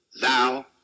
thou